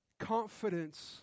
Confidence